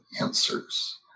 answers